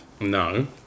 No